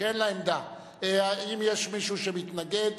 האם יש מישהו שמתנגד?